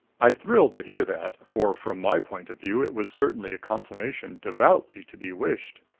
i thrilled to hear that, for from my point of view it was certainly a consummation devoutly to be wished.